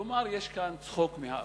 כלומר יש כאן צחוק מהעבודה.